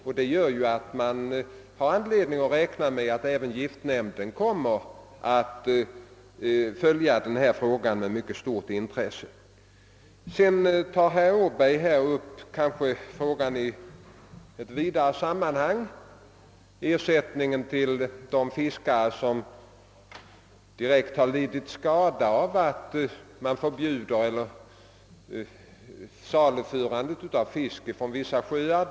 Man har alltså anledning att räkna med att även giftnämnden kommer att följa denna fråga med mycket stort intresse. Herr Åberg tog vidare upp frågan i ett vidare sammanhang än vad den gäller ersättning till de fiskare som direkt lidit skada av förbud mot saluförande av fisk från vissa sjöar.